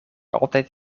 altijd